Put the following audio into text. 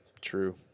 true